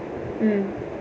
mm